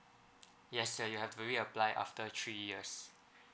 yes sir you have to reapply after three years